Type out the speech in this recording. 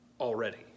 already